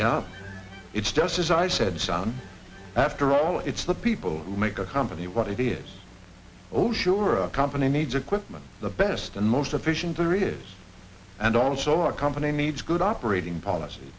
know it's just as i said son after all it's the people who make a company what idiots oh sure a company needs equipment the best and most efficient there is and also a company needs good operating policy